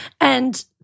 And-